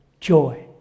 joy